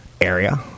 area